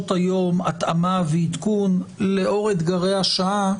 היום התאמה ועדכון לאור אתגרי השעה,